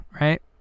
right